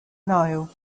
nile